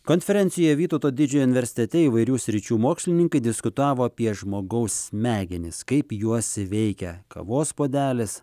konferencijoj vytauto didžiojo universitete įvairių sričių mokslininkai diskutavo apie žmogaus smegenis kaip juos veikia kavos puodelis